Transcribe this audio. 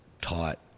taught